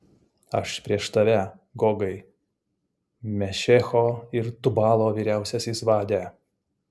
aš prieš tave gogai mešecho ir tubalo vyriausiasis vade